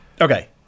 Okay